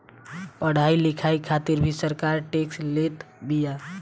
पढ़ाई लिखाई खातिर भी सरकार टेक्स लेत बिया